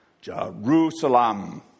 Jerusalem